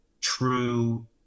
true